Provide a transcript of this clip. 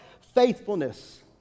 faithfulness